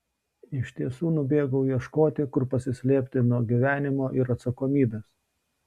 iš tiesų nubėgau ieškoti kur pasislėpti nuo gyvenimo ir atsakomybės